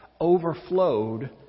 overflowed